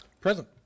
Present